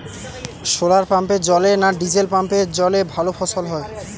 শোলার পাম্পের জলে না ডিজেল পাম্পের জলে ভালো ফসল হয়?